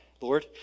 Lord